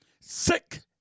sick